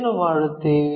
ಏನು ಮಾಡುತ್ತೇವೆ